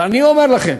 אבל אני אומר לכם,